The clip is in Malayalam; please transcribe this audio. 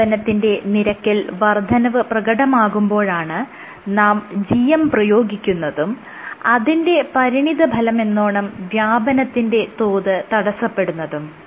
വ്യാപനത്തിന്റെ നിരക്കിൽ വർദ്ധനവ് പ്രകടമാകുമ്പോഴാണ് നാം GM പ്രയോഗിക്കുന്നതും അതിന്റെ പരിണിതഫലമെന്നോണം വ്യാപനത്തിന്റെ തോത് തടസ്സപ്പെടുന്നതും